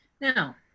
Now